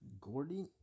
Gordy